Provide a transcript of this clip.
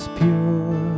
pure